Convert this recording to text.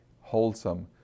wholesome